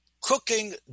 Cooking